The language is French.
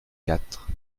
quatre